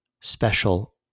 special